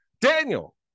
Daniel